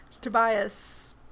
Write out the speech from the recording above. Tobias